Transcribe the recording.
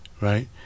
right